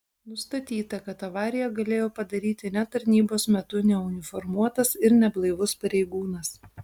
nustatyta kad avariją galėjo padaryti ne tarnybos metu neuniformuotas ir neblaivus pareigūnas